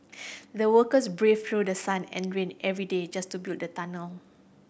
the workers braved through the sun and rain every day just to build the tunnel